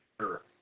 sure